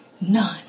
None